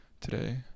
today